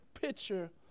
picture